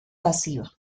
pasiva